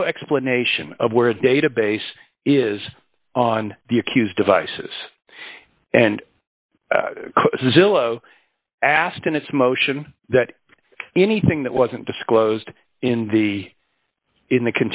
no explanation of where the database is on the accused devices and zillow asked in its motion that anything that wasn't disclosed in the in the